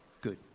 good